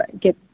get